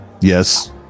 yes